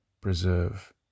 preserve